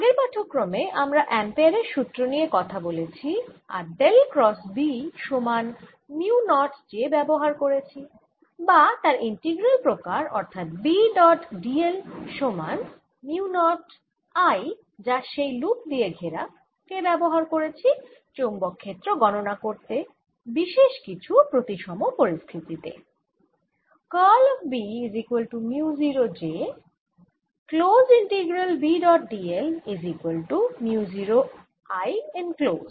আগের পাঠক্রমে আমরা অ্যাম্পেয়ারের সুত্র নিয়ে কথা বলেছি আর ডেল ক্রস B সমান মিউ নট j ব্যবহার করেছি বা তার ইন্টিগ্রাল প্রকার অর্থাৎ B ডট d l সমান মিউ নট I যা সেই লুপ দিয়ে ঘেরা কে ব্যবহার করেছি চৌম্বক ক্ষেত্র গণনা করতে বিশেষ কিছু প্রতিসম পরিস্থিতি তে